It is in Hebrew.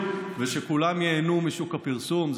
יתר אובייקטיביות ושכולם ייהנו משוק הפרסום,